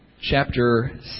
chapter